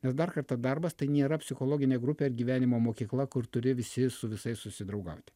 nes dar kartą darbas tai nėra psichologinė grupė ar gyvenimo mokykla kur turi visi su visais susidraugauti